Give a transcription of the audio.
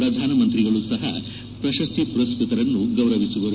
ಪ್ರಧಾನಮಂತ್ರಿಗಳೂ ಸಹ ಪ್ರಶಸ್ತಿ ಮರಸ್ಕ್ವತರನ್ನು ಗೌರವಿಸುವರು